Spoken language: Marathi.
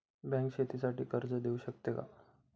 बँक शेतीसाठी कर्ज देऊ शकते का?